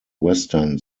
western